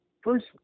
first